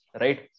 right